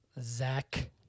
Zach